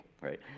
right